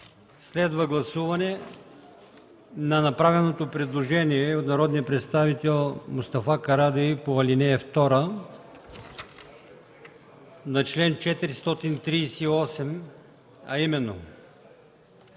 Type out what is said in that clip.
Следва гласуване на направеното предложение от народния представител Мустафа Карадайъ по ал. 2 на чл. 438, а именно